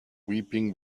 weeping